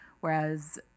Whereas